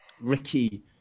Ricky